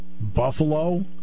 Buffalo